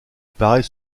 paraît